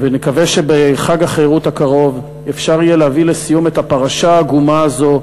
ונקווה שבחג החירות הקרוב אפשר יהיה להביא לסיום את הפרשה העגומה הזו,